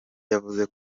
yavuze